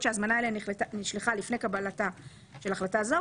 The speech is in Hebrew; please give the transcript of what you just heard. שההזמנה אליהם נשלחה לפני קבלתה של החלטה זו,